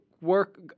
Work